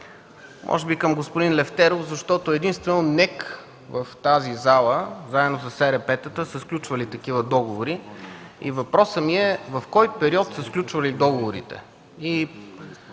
може би към господин Лефтеров, защото единствено НЕК в тази зала, заедно с ЕРП-тата са сключвали такива договори. Въпросът ми е: в кой период са сключвали договори?